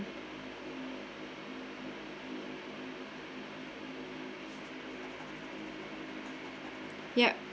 ya